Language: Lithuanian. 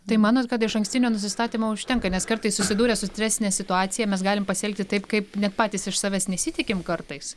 tai manot kad išankstinio nusistatymo užtenka nes kartais susidūrę su stresine situacija mes galim pasielgti taip kaip net patys iš savęs nesitikim kartais